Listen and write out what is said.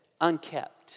Unkept